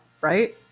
right